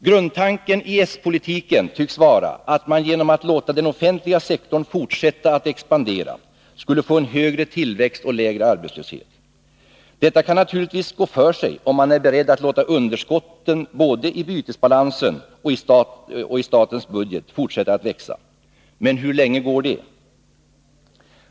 Grundtanken i s-politiken tycks vara att man genom att låta den offentliga sektorn fortsätta att expandera skulle få en högre tillväxt och lägre arbetslöshet. Detta kan naturligtvis gå för sig, om man är beredd att låta underskotten både i bytesbalansen och i statens budget fortsätta att växa. Men hur länge går det?